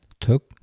took